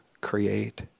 create